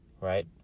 Right